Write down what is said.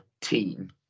team